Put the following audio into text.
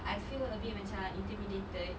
I feel a bit macam intimidated